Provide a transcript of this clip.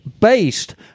based